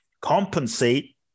compensate